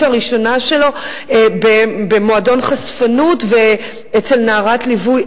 הראשונה שלו במועדון חשפנות ואצל נערת ליווי.